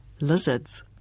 lizards